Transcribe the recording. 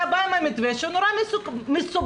אתה בא עם מתווה נורא מסובך.